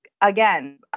again